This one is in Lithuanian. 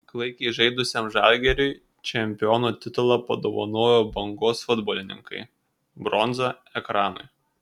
klaikiai žaidusiam žalgiriui čempiono titulą padovanojo bangos futbolininkai bronza ekranui